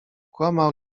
kłamał